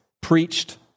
preached